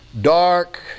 dark